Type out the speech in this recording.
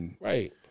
Right